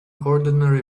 ordinary